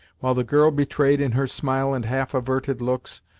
while the girl betrayed, in her smile and half averted looks,